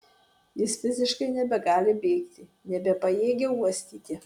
jis fiziškai nebegali bėgti nebepajėgia uostyti